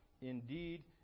indeed